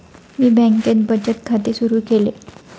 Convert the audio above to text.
मी बँकेत बचत खाते सुरु केले